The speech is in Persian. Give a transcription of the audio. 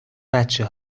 بچه